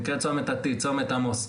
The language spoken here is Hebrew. נקראת צומת ה-T צומת עמוס,